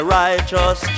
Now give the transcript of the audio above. righteous